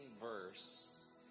verse